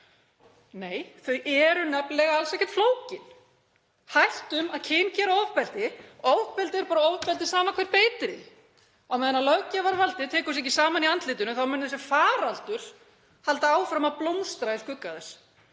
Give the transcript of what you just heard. Nei, þau eru nefnilega alls ekkert flókin. Hættum að kyngera ofbeldi. Ofbeldi er bara ofbeldi sama hver beitir því. Á meðan löggjafarvaldið tekur sig ekki saman í andlitinu þá mun þessi faraldur halda áfram að blómstra í skugga þess.